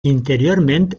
interiorment